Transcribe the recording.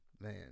man